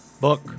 Book